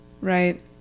right